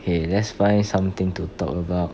okay let's find something to talk about